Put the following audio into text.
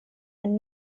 and